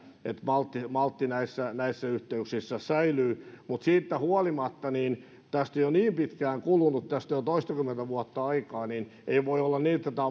maltti maltti näissä näissä yhteyksissä säilyy mutta siitä huolimatta tästä on jo niin pitkään kulunut tästä on jo toistakymmentä vuotta aikaa että ei voi olla niin että tämä